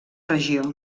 regió